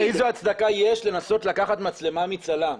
איזו הצדקה יש לנסות לקחת מצלמה מצלם?